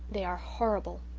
they are horrible.